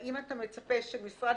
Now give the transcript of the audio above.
האם אתה מצפה שמשרד